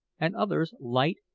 and others light,